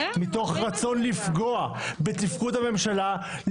מתוך רצון לפגוע בתפקוד הממשלה,